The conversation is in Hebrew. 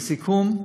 לסיכום,